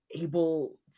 able